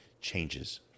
changes